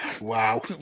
Wow